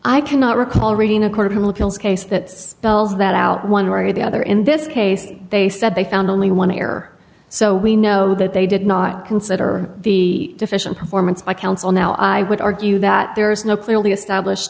i cannot recall reading a court of appeals case that spells that out one way or the other in this case they said they found only one error so we know that they did not consider the deficient performance by counsel now i would argue that there is no clearly established